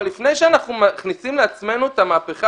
אבל לפני שאנחנו מכניסים לעצמנו את המהפכה